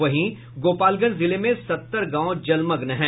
वहीं गोपालगंज जिले में सत्तर गांव जलमग्न है